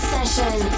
Session